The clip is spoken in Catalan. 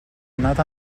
anat